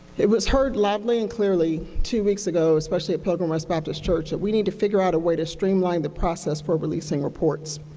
it was heard loudly and clearly two weeks ago, especially at pilgrim rest baptist church, that we need to figure out a way to streamline the process for releasing reports.